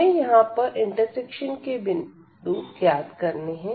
हमें यहां पर इंटरसेक्शन के बिंदु ज्ञात करने है